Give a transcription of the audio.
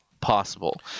possible